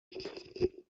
charity